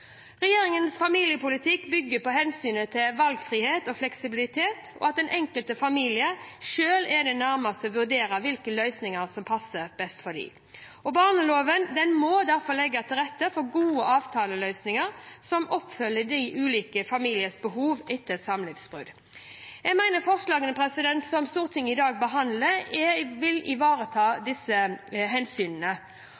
Regjeringens familiepolitikk bygger på hensynet til valgfrihet og fleksibilitet, og at den enkelte familie selv er nærmest til å vurdere hvilke løsninger som passer best for dem. Barneloven må derfor legge til rette for gode avtaleløsninger som oppfyller de ulike familienes behov etter samlivsbrudd. Jeg mener forslagene som Stortinget i dag behandler, vil ivareta disse hensynene. Regjeringen har blitt beskyldt for å gå for langt i